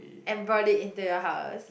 and brought it into your house